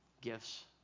gifts